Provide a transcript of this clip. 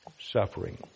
Suffering